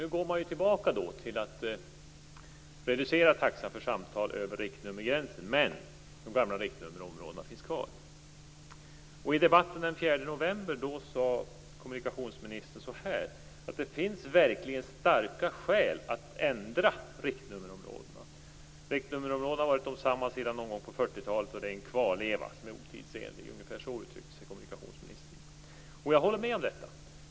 Nu går man tillbaka till att reducera taxan för samtal över riktnummergränsen, men de gamla riktnummerområdena finns kvar. I debatten den 4 november sade kommunikationsministern att det verkligen finns starka skäl att ändra riktnummerområdena. Riktnummerområdena har varit desamma sedan någon gång på 40-talet, och de är en kvarleva som är otidsenlig. Ungefär så uttryckte sig kommunikationsministern, och jag håller med om detta.